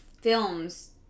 films